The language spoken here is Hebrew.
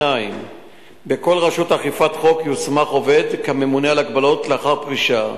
2. בכל רשות אכיפת חוק יוסמך עובד כממונה על הגבלות לאחר פרישה.